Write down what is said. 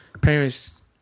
parents